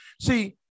See